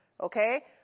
okay